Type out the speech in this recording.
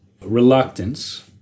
reluctance